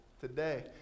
today